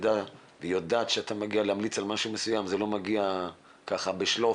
והיא יודעת שאם אתה מגיע להמליץ על משהו מסוים זה לא מגיע ככה בשלוף,